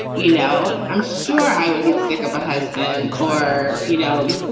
you know, i'm sure i would get sick of a husband or, you know,